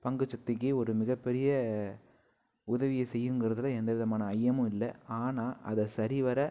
பங்குச்சத்தைக்கு ஒரு மிகப் பெரிய உதவியை செய்யுங்கறதில் எந்த விதமான ஐயமும் இல்லை ஆனால் அதை சரிவர